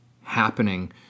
happening